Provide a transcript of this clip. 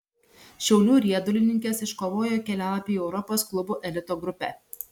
šiaulių riedulininkės iškovojo kelialapį į europos klubų elito grupę